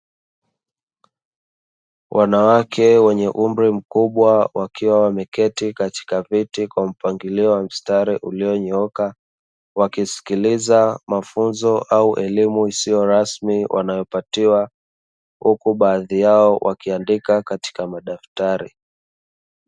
Wanawake wenye umri mkubwa wakiwa wameketi katika viti kwa mpangilio wa mstari ulionyooka; wakisikiliza mafunzo au elimu isiyo rasmi wanayopatiwa, huku baadhi yao wakiandika katika madaftari.